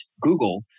Google